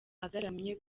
agaramye